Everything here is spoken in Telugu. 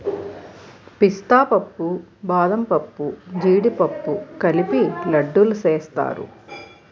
పిస్తా పప్పు బాదంపప్పు జీడిపప్పు కలిపి లడ్డూలు సేస్తారు